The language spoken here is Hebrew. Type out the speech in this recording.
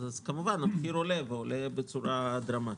אז כמובן המחיר עולה בצורה דרמטית.